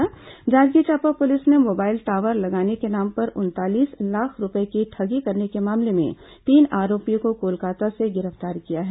Janjgir Champa police ने mobile tower लगाने के नाम पर उनतालीस लाख रूपये की ठगी करने के मामले में तीन आरोपियों को कोलकाता से गिरफ्तार किया है